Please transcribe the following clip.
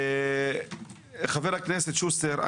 חבר הכנת שוסטר,